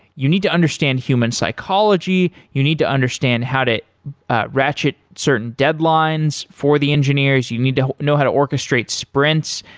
you need to understand human psychology, you need to understand how to ratchet certain deadlines for the engineers, you need to know how to orchestrate sprints.